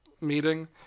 meeting